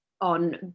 on